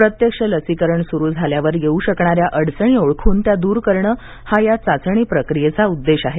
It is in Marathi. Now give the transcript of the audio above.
प्रत्यक्ष लशीकरण सुरू झाल्यावर येऊ शकणाऱ्या अडचणी ओळखून त्या दूर करणं हा या चाचणी प्रकियेचा उद्देश आहे